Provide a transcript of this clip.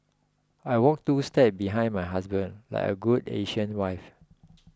I walk two steps behind my husband like a good Asian wife